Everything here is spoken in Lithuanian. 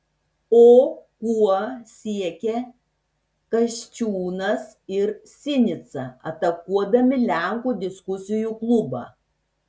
o kuo siekia kasčiūnas ir sinica atakuodami lenkų diskusijų klubą